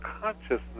consciousness